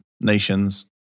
Nations